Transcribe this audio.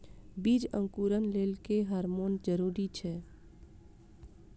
बीज अंकुरण लेल केँ हार्मोन जरूरी छै?